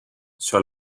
sur